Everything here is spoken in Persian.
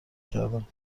کردم